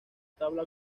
tabla